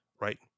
right